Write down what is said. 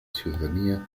ciudadanía